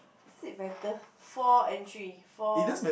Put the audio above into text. is it better four and three four